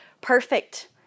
perfect